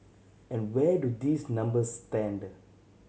and where do these numbers stand